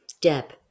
Deb